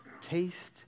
taste